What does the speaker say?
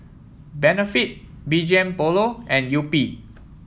Benefit B G M Polo and Yupi